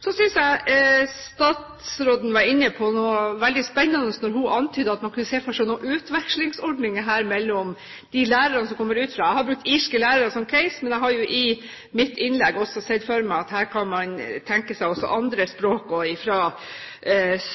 Så synes jeg at statsråden var inne på noe veldig spennende når hun antydet at man kunne se for seg en utvekslingsordning med de lærerne som kommer utenfra. Jeg brukte irske lærere som case, men jeg var i mitt innlegg også inne på at man kan tenke seg lærere fra